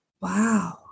Wow